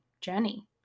journey